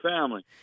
family